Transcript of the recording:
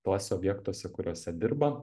tuose objektuose kuriuose dirba